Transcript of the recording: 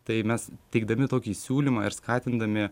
tai mes teikdami tokį siūlymą ir skatindami